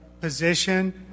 position